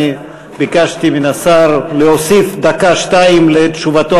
ביקשתי מהשר להוסיף דקה-שתיים לתשובתו